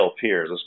peers